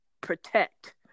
protect